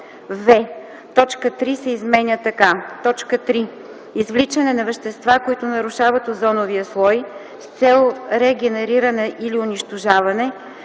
в) точка 3 се изменя така: „3. извличане на вещества, които нарушават озоновия слой, с цел регенериране или унищожаване,